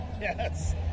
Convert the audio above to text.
Yes